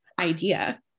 idea